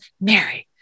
Mary